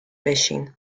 بشین